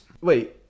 Wait